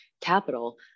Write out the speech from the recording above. capital